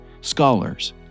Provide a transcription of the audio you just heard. Scholars